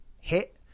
hit